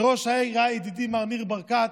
כשראש העיר היה ידידי ניר ברקת,